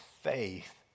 faith